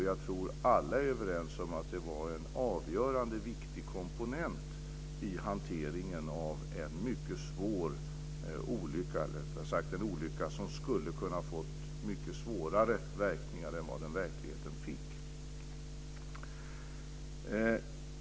Jag tror att alla är överens om att det var en komponent av avgörande betydelse i hanteringen av en mycket svår olycka, eller en olycka som skulle ha kunnat få mycket svårare verkningar än den i verkligheten fick.